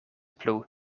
plu